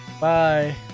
Bye